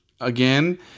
again